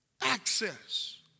Access